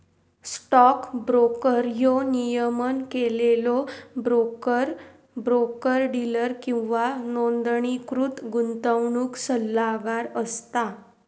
stock broker ह्यो नियमन केलेलो ब्रोकर, ब्रोकर डीलर किंवा नोंदणीकृत गुंतवणूक सल्लागार असता